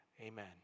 amen